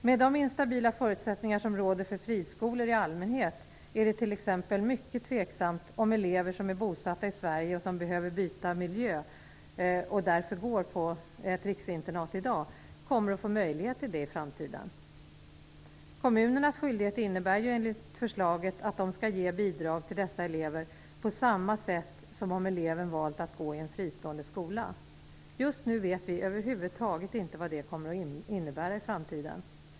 Med de instabila förutsättningar som råder för friskolor i allmänhet är det t.ex. mycket tveksamt om elever som är bosatta i Sverige och som behöver byta miljö, och därför går på ett riksinternat i dag, kommer att få möjlighet till det i framtiden. Kommunernas skyldighet innebär ju enligt förslaget att de skall ge bidrag till dessa elever på samma sätt som om eleven valt att gå i en fristående skola. Just nu vet vi över huvud taget inte vad det kommer att innebära i framtiden.